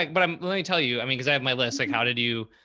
like but um let me tell you, i mean, cause i have my lists, like how did you.